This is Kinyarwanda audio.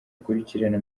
akurikirana